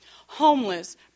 Homeless